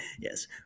Yes